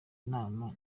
inama